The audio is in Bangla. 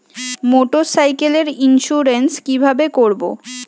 মোটরসাইকেলের ইন্সুরেন্স কিভাবে করব?